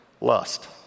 Lust